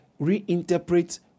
reinterpret